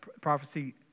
Prophecy